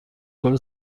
کلی